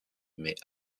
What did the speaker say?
mais